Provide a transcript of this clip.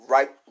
Right